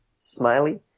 Smiley